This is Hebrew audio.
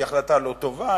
היא החלטה לא טובה.